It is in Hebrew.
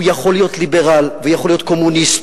הוא יכול להיות ליברל ויכול להיות קומוניסט